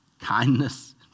kindness